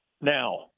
Now